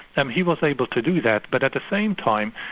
um he was able to do that. but at the same time,